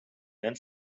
nen